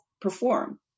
perform